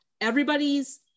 everybody's